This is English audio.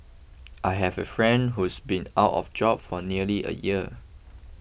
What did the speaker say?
I have a friend who's been out of job for nearly a year